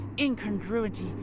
incongruity